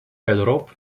verderop